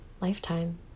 lifetime